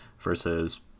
versus